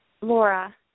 Laura